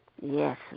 Yes